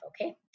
Okay